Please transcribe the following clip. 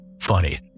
funny